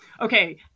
Okay